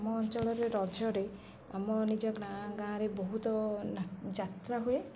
ଆମ ଅଞ୍ଚଳରେ ରଜରେ ଆମ ନିଜ ଗାଁ ଗାଁରେ ବହୁତ ଯାତ୍ରା ହୁଏ